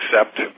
accept